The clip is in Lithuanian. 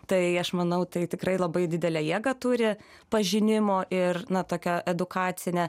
tai aš manau tai tikrai labai didelę jėgą turi pažinimo ir na tokią edukacinę